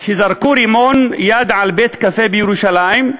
שזרקו רימון יד על בית-קפה בירושלים,